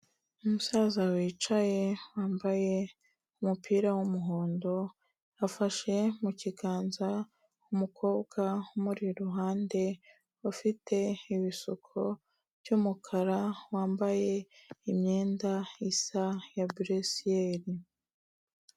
Umusaza wicaye wambaye umupira w'umuhondo, afashe mu kiganza umukobwa umuri iruhande, ufite ibisuko by'umukara, wambaye imyenda isa ya buresiyeri.